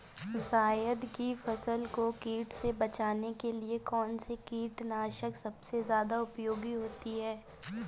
जायद की फसल को कीट से बचाने के लिए कौन से कीटनाशक सबसे ज्यादा उपयोगी होती है?